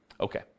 Okay